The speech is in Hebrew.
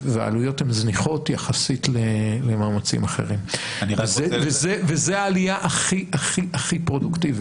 העלויות הן זניחות יחסית למאמצים אחרים וזו העלייה הכי פרודוקטיבית.